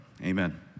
Amen